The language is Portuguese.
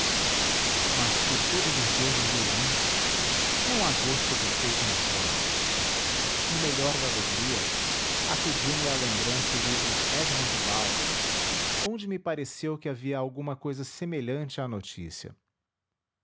mas por todos os deuses do olimpo não há gosto perfeito na terra no melhor da alegria acudiu me à lembrança o livro de edmond about onde me pareceu que havia alguma cousa semelhante à notícia